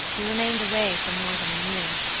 we remained away for more than a year.